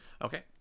okay